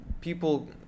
people